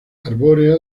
arbórea